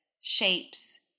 shapes